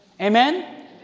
Amen